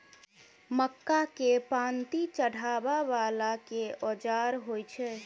मक्का केँ पांति चढ़ाबा वला केँ औजार होइ छैय?